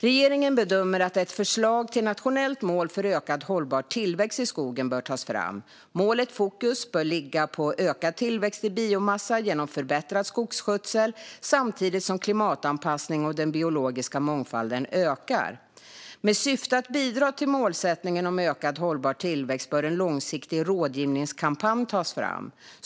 Regeringen bedömer att ett förslag till nationellt mål för ökad hållbar tillväxt i skogen bör tas fram. Målets fokus bör ligga på ökad tillväxt i biomassa genom förbättrad skogsskötsel samtidigt som klimatanpassning och den biologiska mångfalden ökar. Med syfte att bidra till målsättningen om ökad hållbar tillväxt bör en långsiktig rådgivningskampanj tas fram.